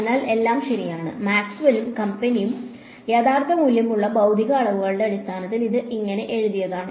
അതിനാൽ എല്ലാം ശരിയാണ് മാക്സ്വെല്ലും കമ്പനിയും യഥാർത്ഥ മൂല്യമുള്ള ഭൌതിക അളവുകളുടെ അടിസ്ഥാനത്തിൽ ഇത് എഴുതിയത് ഇങ്ങനെയാണ്